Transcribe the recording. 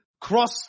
cross